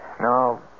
No